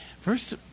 First